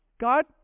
God